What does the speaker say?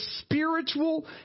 spiritual